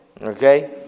Okay